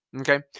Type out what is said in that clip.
okay